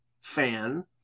fan